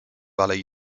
alei